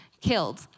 killed